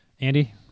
Andy